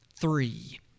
Three